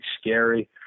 scary